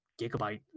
gigabyte